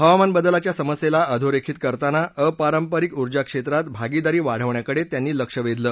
हवामान बदलाच्या समस्येला अधोरेखित करताना अपारंपरिक उर्जा क्षेत्रात भागीदारी वाढवण्याकडे त्यांनी लक्ष वेधलं